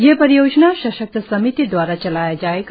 यह परियोजना सशक्त समिति द्वारा चलाया जाएगा